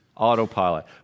autopilot